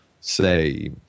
say